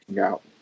out